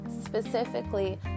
specifically